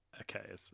Okay